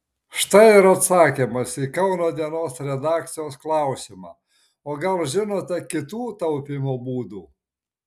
štai ir atsakymas į kauno dienos redakcijos klausimą o gal žinote kitų taupymo būdų